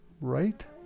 Right